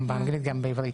גם אנגלית וגם עברית.